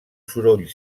soroll